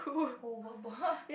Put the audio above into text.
whole workbook